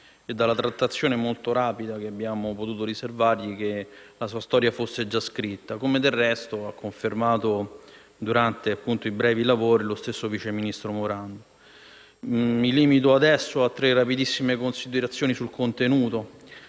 e dalla trattazione molto rapida che abbiamo potuto riservargli che la sua storia fosse già scritta, come del resto ha confermato, durante i brevi lavori, lo stesso vice ministro Morando. Mi limito adesso ad alcune rapidissime considerazioni sul contenuto,